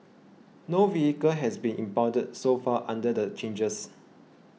no vehicle has been impounded so far under the changes